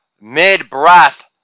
mid-breath